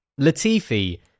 Latifi